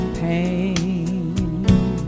pain